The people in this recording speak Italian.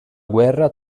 guerra